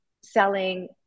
selling